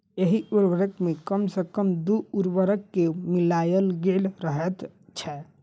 एहि उर्वरक मे कम सॅ कम दू उर्वरक के मिलायल गेल रहैत छै